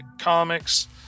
comics